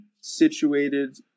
situated